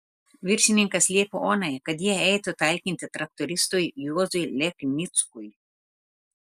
viršininkas liepė onai kad ji eitų talkinti traktoristui juozui leknickui